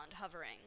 hovering